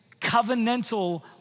covenantal